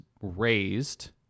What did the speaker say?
raised